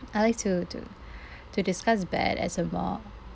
I'd like to to to discuss that as a more